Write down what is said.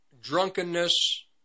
drunkenness